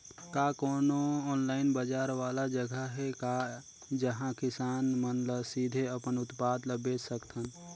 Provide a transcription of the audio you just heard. का कोनो ऑनलाइन बाजार वाला जगह हे का जहां किसान मन ल सीधे अपन उत्पाद ल बेच सकथन?